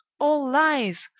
all lies!